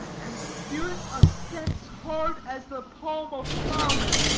and spirit of sense hard as the palm of ploughman!